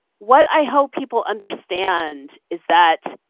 what i hope people understand is that,